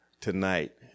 tonight